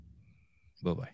Bye-bye